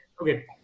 okay